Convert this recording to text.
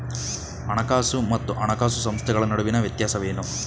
ಹಣಕಾಸು ಮತ್ತು ಹಣಕಾಸು ಸಂಸ್ಥೆಗಳ ನಡುವಿನ ವ್ಯತ್ಯಾಸವೇನು?